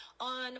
on